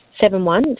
Seven-one